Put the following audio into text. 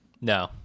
No